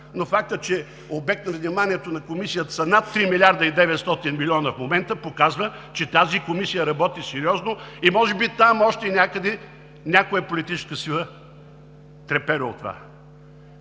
Но фактът, че обект на вниманието на Комисията са над 3 млрд. и 900 млн. в момента, показва, че тази комисия работи сериозно и може би там още някъде някоя политическа сила трепери от това.